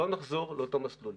לא נחזור לאותו מסלול.